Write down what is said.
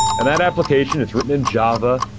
and that application, it's written in java.